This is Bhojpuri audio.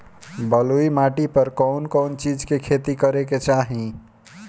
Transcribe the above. बलुई माटी पर कउन कउन चिज के खेती करे के चाही?